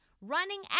running